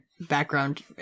background